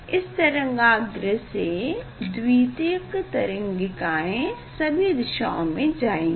इस तरंगाग्र से द्वितीयक तरंगिकायें सभी दिशाओं में जाएगी